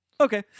Okay